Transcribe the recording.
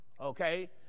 okay